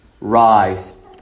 rise